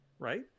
Right